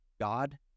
god